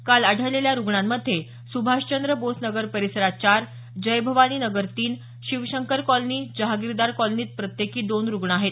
काल आढळलेल्या रुग्णांमध्ये सुभाषचंद्र बोस नगर परिसरात चार जय भवानी नगर तीन शिवशंकर कॉलनी जहागीरदार कॉलनीत प्रत्येकी दोन रुग्ण आहेत